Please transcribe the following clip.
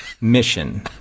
mission